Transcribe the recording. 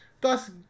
thus